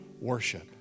worship